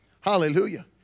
Hallelujah